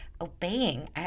obeying